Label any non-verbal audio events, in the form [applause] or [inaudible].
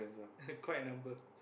[laughs] quite a number